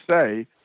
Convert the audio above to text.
say